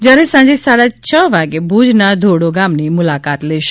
જ્યારે સાંજે સાડા છે વાગે ભૂજના ધોરડો ગામની મુલાકાત લેશે